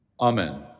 amen